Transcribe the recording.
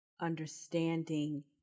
understanding